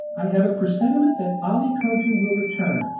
i have a presentiment that ali cogia will return,